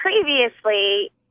previously